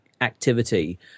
activity